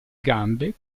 gambe